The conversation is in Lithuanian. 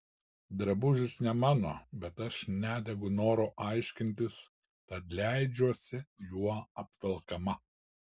drabužis ne mano bet aš nedegu noru aiškintis tad leidžiuosi juo apvelkama